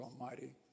Almighty